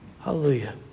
Hallelujah